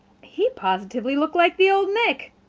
he positively looked like the old nick.